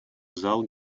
зал